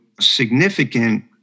significant